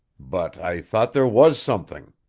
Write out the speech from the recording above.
but i thought there was something.